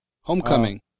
Homecoming